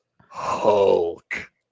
Hulk